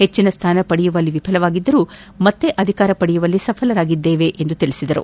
ಹೆಚ್ಚನ ಸ್ಥಾನ ಪಡೆಯುವಲ್ಲಿ ಎಫಲರಾಗಿದ್ದರೂ ಮತ್ತೆ ಅಧಿಕಾರ ಪಡೆಯುವಲ್ಲಿ ಸಫಲರಾಗಿದ್ದೇವೆಂದು ತಿಳಿಸಿದರು